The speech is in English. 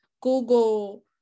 Google